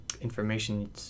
information